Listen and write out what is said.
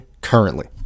currently